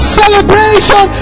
celebration